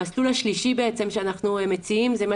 המסלול השלישי שאנחנו מציעים הוא מה